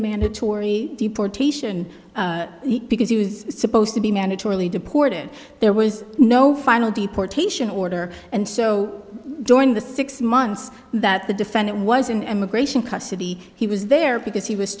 mandatory deportation because he was supposed to be mandatorily deported there was no final deportation order and so during the six months that the defendant was in immigration custody he was there because he was